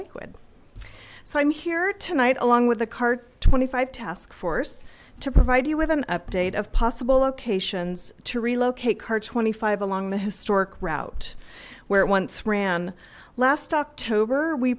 when so i'm here tonight along with the card twenty five task force to provide you with an update of possible locations to relocate car twenty five along the historic route where it once ran last october we